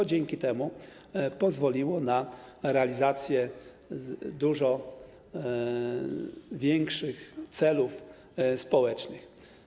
I to pozwoliło na realizację dużo większych celów społecznych.